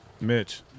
Mitch